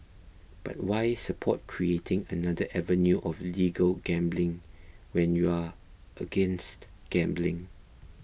but why support creating another avenue of legal gambling when you're against gambling